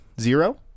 Zero